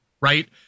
right